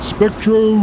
Spectro